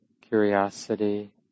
curiosity